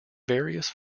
various